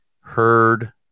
heard